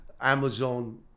amazon